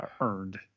earned